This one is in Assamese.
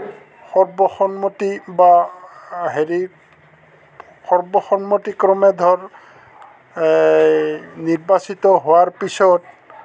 সৰ্বসন্মতি বা হেৰি সৰ্বসন্মতি ক্ৰমে ধৰ নিৰ্বাচিত হোৱাৰ পিছত